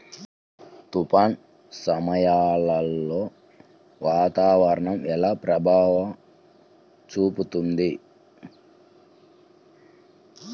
తుఫాను సమయాలలో వాతావరణం ఎలా ప్రభావం చూపుతుంది?